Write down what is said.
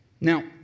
Now